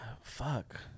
fuck